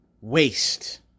waste